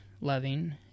loving